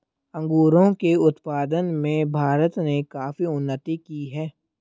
अंगूरों के उत्पादन में भारत ने काफी उन्नति की है